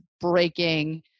breaking